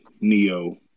Neo